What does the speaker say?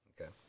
Okay